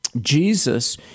Jesus